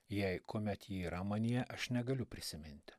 jei kuomet ji yra manyje aš negaliu prisiminti